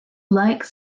like